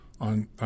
on